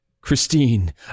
christine